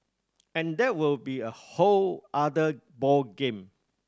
and that will be a whole other ball game